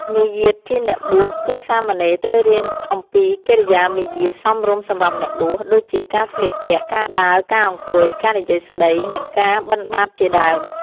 មារយាទជាអ្នកបួស គឺសាមណេរត្រូវរៀនអំពីកិរិយាមារយាទសមរម្យសម្រាប់អ្នកបួស ដូចជាការស្លៀកពាក់ ការដើរ ការអង្គុយ ការនិយាយស្តី និងការបិណ្ឌបាតជាដើម។